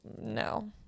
no